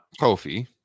Kofi